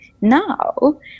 Now